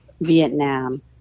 Vietnam